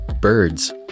birds